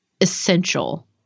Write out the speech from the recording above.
essential